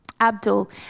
Abdul